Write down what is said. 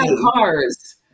cars